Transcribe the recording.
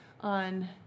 on